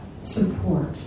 support